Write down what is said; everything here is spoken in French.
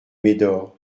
médor